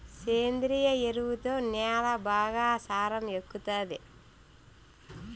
సేంద్రియ ఎరువుతో న్యాల బాగా సారం ఎక్కుతాది